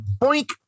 boink